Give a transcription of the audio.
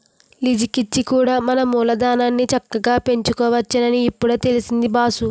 లీజికిచ్చి కూడా మన మూలధనాన్ని చక్కగా పెంచుకోవచ్చునని ఇప్పుడే తెలిసింది బాసూ